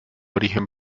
origen